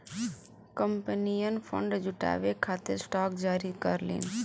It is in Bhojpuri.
कंपनियन फंड जुटावे खातिर स्टॉक जारी करलीन